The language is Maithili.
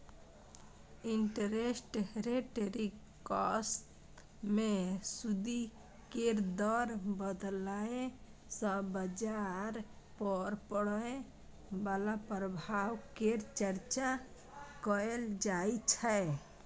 इंटरेस्ट रेट रिस्क मे सूदि केर दर बदलय सँ बजार पर पड़य बला प्रभाव केर चर्चा कएल जाइ छै